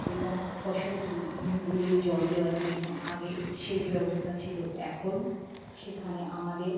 এবং ফসলগুলোয় জল দেওয়ার জন্য আগে সেচ ব্যবস্থা ছিলো এখন সেখানে আমাদের